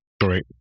Great